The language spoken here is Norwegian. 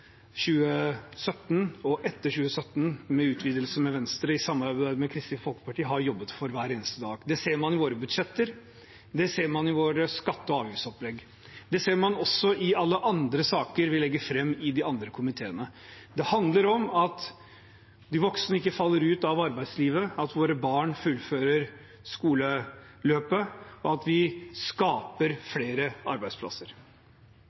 2017 og etter 2017 – med utvidelsen med Venstre – i samarbeid med Kristelig Folkeparti har jobbet for hver eneste dag. Det ser man i våre budsjetter, det ser man i våre skatte- og avgiftsopplegg, det ser man også i alle andre saker vi legger fram i de andre komiteene. Det handler om at de voksne ikke faller ut av arbeidslivet, at våre barn fullfører skoleløpet, og at vi skaper flere arbeidsplasser.